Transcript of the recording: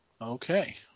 Okay